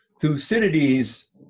Thucydides